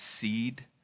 seed